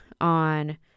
on